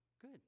good